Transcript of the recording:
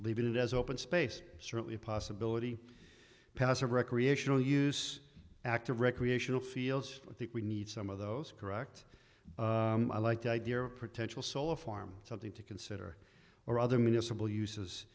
leaving it as open space certainly a possibility passive recreational use active recreational fields i think we need some of those correct i like the idea of potential solar farm something to consider or other municipal uses